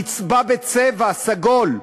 צינור השפד"ן נצבע בצבע סגול.